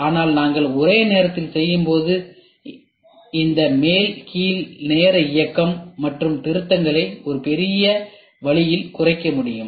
ஆனால் நாங்கள் ஒரே நேரத்தில் செய்யும்போது இந்த மேல் மற்றும் கீழ் நேர இயக்கம் மற்றும் திருத்தங்களை ஒரு பெரிய வழியில் குறைக்க முடியும்